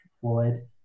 Floyd